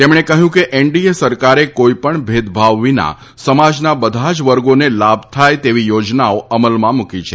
તેમણે કહયું કે એનડીએ સરકારે કોઈપણ ભેદભાવ વિના સમાજના બધા જ વર્ગોને લાભ થાય તેવી યોજનાઓ અમલમાં મુકી છે